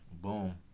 boom